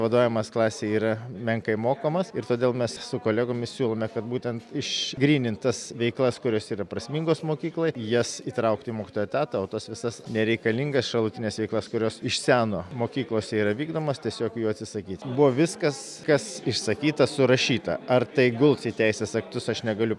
vadovavimas klasei yra menkai mokamas ir todėl mes su kolegomis siūlome kad būtent išgrynint tas veiklas kurios yra prasmingos mokykloj jas įtraukti mokytojų etatą o tas visas nereikalingas šalutines veiklas kurios iš seno mokyklose yra vykdomos tiesiog jų atsisakyt buvo viskas kas išsakyta surašyta ar tai guls į teisės aktus aš negaliu